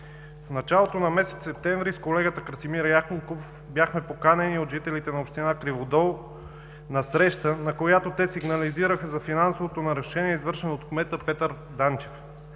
В началото на месец септември с колегата Красимир Янков бяхме поканени от жителите на община Криводол на среща, на която те сигнализираха за финансово нарушение, извършено от кмета Петър Данчев.